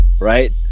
Right